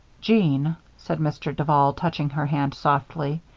jeanne, said mr. duval, touching her hand softly,